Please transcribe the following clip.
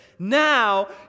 Now